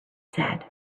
said